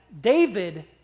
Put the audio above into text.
David